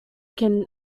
can